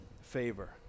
favor